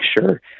sure